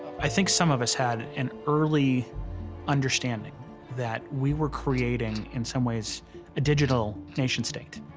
i think some of us had an early understanding that we were creating in some ways a digital nation-state.